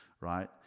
right